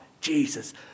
Jesus